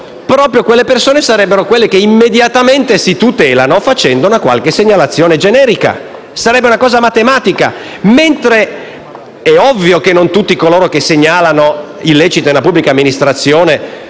Stato, queste persone sarebbero proprio quelle che immediatamente si tutelerebbero facendo una qualche segnalazione generica. Sarebbe una cosa matematica. È ovvio che non tutti coloro che segnalano illeciti nella pubblica amministrazione